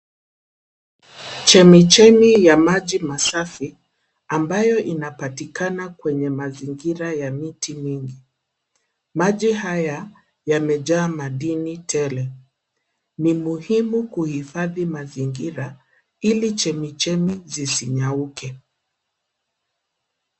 Chemichemi ya maji masafi, ambayo inapatikana kwenye mazingira ya miti mingi. Maji haya, yamejaa madini tele. Ni muhimu kuhifadhi mazingira ili chemichemi zisinyauke.